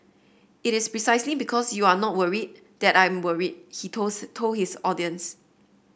it is precisely because you are not worried that I'm worried he told told his audience